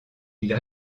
ils